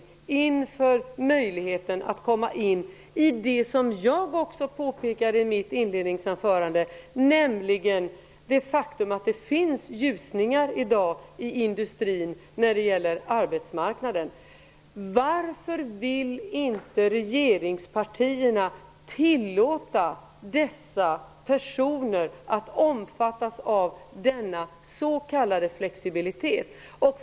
De måste få möjligheten att komma in i arbetslivet, som jag påpekade i mitt inledningsanförande. Faktum är att det i dag finns ljusningar på arbetsmarknaden inom industrin. Varför vill inte regeringspartierna tillåta dessa personer att omfattas av denna s.k. flexibilitet?